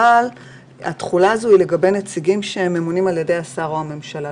אבל התחולה הזו לגבי נציגים שממונים על ידי השר או הממשלה,